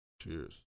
cheers